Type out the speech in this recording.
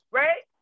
right